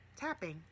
tapping